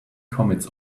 commits